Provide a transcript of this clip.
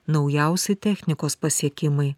naujausi technikos pasiekimai